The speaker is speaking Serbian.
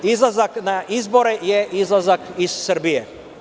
Izlazak na izbore je izlazak iz Srbije.